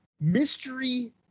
mystery